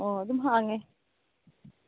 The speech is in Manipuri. ꯑꯣ ꯑꯗꯨꯝ ꯍꯥꯡꯉꯦ